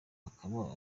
akaba